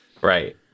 Right